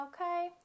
Okay